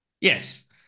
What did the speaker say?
Yes